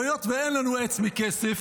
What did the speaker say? היות שאין לנו עץ מכסף,